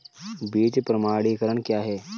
बीज प्रमाणीकरण क्या है?